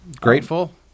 grateful